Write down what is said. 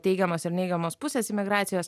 teigiamos ir neigiamos pusės imigracijos